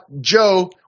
Joe